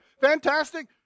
Fantastic